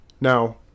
Now